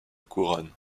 couronne